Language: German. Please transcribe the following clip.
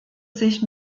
sich